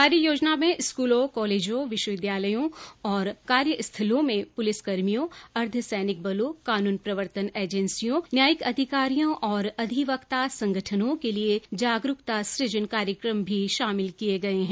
कार्ययोजना में स्कूलों कॉलेजों विश्वविद्यालयों और कार्यस्थलों में पुलिसकर्मियों अर्धसैनिक बलों कानून प्रवर्तन एजेंसियों न्यायिक अधिकारियों और अधिवक्ता संगठनों के लिए जागरूकता सृजन कार्यक्रम भी शामिल किए गए हैं